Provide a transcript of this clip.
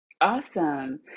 Awesome